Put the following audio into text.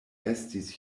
estis